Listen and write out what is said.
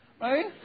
Right